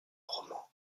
roman